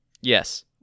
Yes